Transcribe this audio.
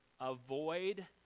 Avoid